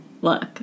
look